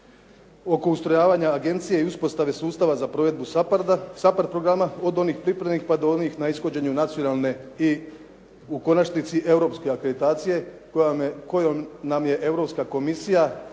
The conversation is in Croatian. oko ustrojavanja agencije i uspostave sustava za provedbu SAPARD programa od onih pripremnih pa do onih na ishođenju nacionalne i u konačnici europske akreditacije kojom nam je Europska komisija potvrdila